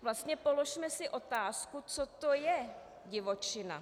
Vlastně položme si otázku, co to je divočina.